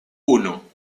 uno